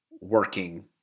working